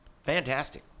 Fantastic